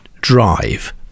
drive